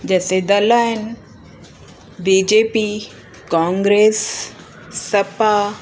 जैसे दल आहिनि B J P Congress Sapa